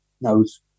knows